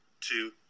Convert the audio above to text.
two